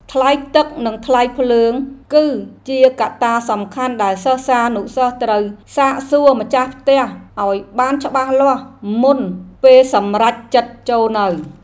ថ្លៃទឹកនិងថ្លៃភ្លើង គឺជាកត្តាសំខាន់ដែលសិស្សានុសិស្សត្រូវសាកសួរម្ចាស់ផ្ទះឱ្យបានច្បាស់លាស់ មុនពេលសម្រេចចិត្តចូលនៅ។